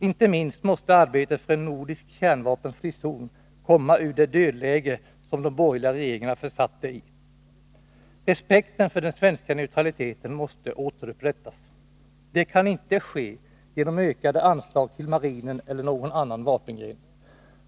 Inte minst måste arbetet för en nordisk kärnvapenfri zon komma ur det dödläge som de borgerliga regeringarna försatt det i. Respekten för den svenska neutraliteten måste återupprättas. Det kan inte ske genom ökade anslag till marinen eller någon annan vapengren.